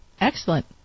Excellent